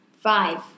five